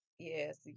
Yes